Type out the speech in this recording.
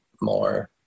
more